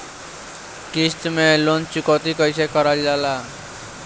किश्त में ऋण चुकौती कईसे करल जाला?